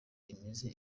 imeze